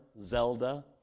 Zelda